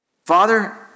Father